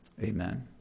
Amen